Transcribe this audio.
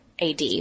AD